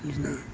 ꯑꯗꯨꯅ